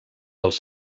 dels